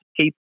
keep